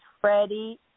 Freddie